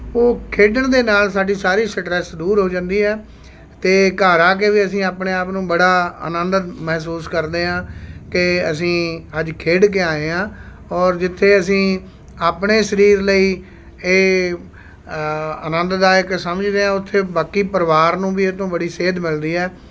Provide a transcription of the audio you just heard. ਉਹ ਖੇਡਣ ਦੇ ਨਾਲ਼ ਸਾਡੀ ਸਾਰੀ ਸੈਟਰੈੱਸ ਦੂਰ ਹੋ ਜਾਂਦੀ ਹੈ ਅਤੇ ਘਰ ਆ ਕੇ ਵੀ ਅਸੀਂ ਆਪਣੇ ਆਪ ਨੂੰ ਬੜਾ ਆਨੰਦਤ ਮਹਿਸੂਸ ਕਰਦੇ ਹਾਂ ਕਿ ਅਸੀਂ ਅੱਜ ਖੇਡ ਕੇ ਆਏ ਹਾਂ ਔਰ ਜਿੱਥੇ ਅਸੀਂ ਆਪਣੇ ਸਰੀਰ ਲਈ ਇਹ ਆਨੰਦਦਾਇਕ ਸਮਝਦੇ ਹਾਂ ਉੱਥੇ ਬਾਕੀ ਪਰਿਵਾਰ ਨੂੰ ਵੀ ਇਹ ਤੋਂ ਬੜੀ ਸੇਧ ਮਿਲਦੀ ਹੈ